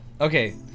okay